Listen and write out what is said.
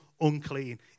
unclean